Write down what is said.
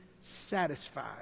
satisfied